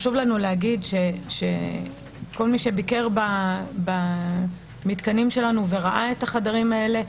חשוב לנו להגיד שכל מי שביקר במתקנים שלנו וראה את החדרים האלה,